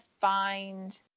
find